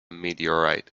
meteorite